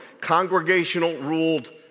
congregational-ruled